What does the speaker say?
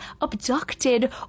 abducted